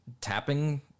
tapping